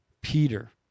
Peter